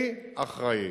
אני אחראי.